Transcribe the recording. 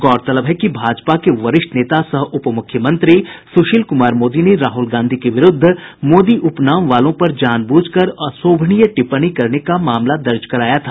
गौरतलब है कि भाजपा के वरिष्ठ नेता सह उपमुख्यमंत्री सुशील कुमार मोदी ने राहुल गांधी के विरूद्ध मोदी उपनाम वालों पर जानबूझकर अशोभनीय टिप्पणी करने का मामला दर्ज कराया था